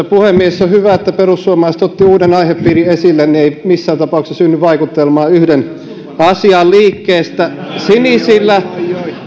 puhemies on hyvä että perussuomalaiset otti uuden aihepiirin esille niin ei missään tapauksessa synny vaikutelmaa yhden asian liikkeestä sinisillä